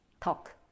talk